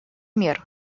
мер